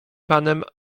panem